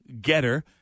Getter